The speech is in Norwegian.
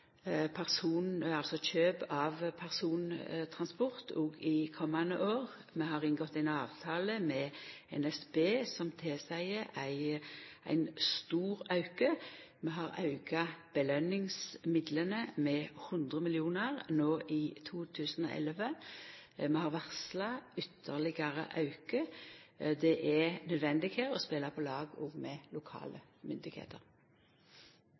kjøp av persontransport òg i kommande år. Vi har inngått ein avtale med NSB som tilseier ein stor auke. Vi har auka belønningsmidlane med 100 mill. kr i 2011. Det er varsla ytterlegare auke. Det er naudsynt òg å spela på lag med lokale